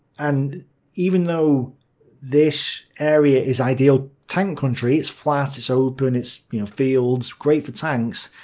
and even though this area is ideal tank country, it's flat, it's open, it's you know fields, great for tanks,